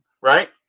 Right